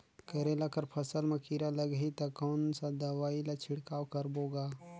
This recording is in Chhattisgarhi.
करेला कर फसल मा कीरा लगही ता कौन सा दवाई ला छिड़काव करबो गा?